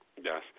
Yes